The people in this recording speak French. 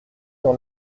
dans